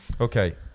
Okay